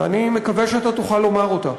ואני מקווה שאתה תוכל לומר אותה,